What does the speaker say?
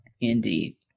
Indeed